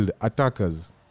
attackers